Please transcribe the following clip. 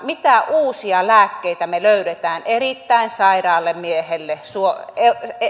mitä uusia lääkkeitä me löydämme erittäin sairaalle miehelle suomen kieltä ei